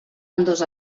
ambdós